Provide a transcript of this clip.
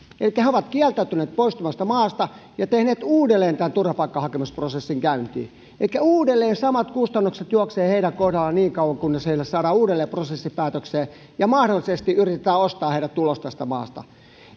elikkä he ovat kieltäytyneet poistumasta maasta ja laittaneet uudelleen tämän turvapaikkahakemusprosessin käyntiin elikkä uudelleen samat kustannukset juoksevat heidän kohdallaan niin kauan kunnes heille saadaan uudelleen prosessi päätökseen ja mahdollisesti yritetään ostaa heidät ulos tästä maasta